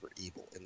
evil